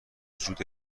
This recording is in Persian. وجود